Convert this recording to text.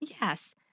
Yes